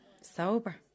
Sober